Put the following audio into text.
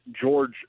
George